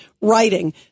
writing